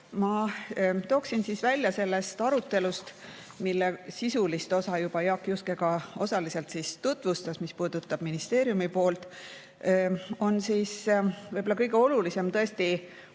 Ma tooksin välja sellest arutelust, mille sisulist osa Jaak Juske juba osaliselt ka tutvustas, mis puudutab ministeeriumi poolt, selle, et võib-olla on kõige olulisem tõesti